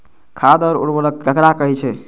खाद और उर्वरक ककरा कहे छः?